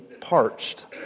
parched